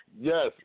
yes